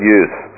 use